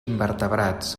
invertebrats